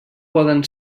poden